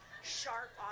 sharp